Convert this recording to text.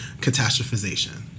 catastrophization